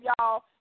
y'all